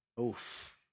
Oof